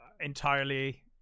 entirely